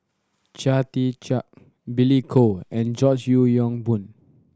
Chia Tee Chiak Billy Koh and George Yeo Yong Boon